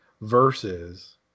versus